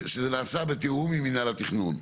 שזה נעשה בתיאום עם מינהל התכנון.